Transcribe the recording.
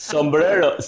Sombrero